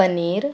paneer